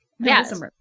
Yes